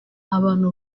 abantu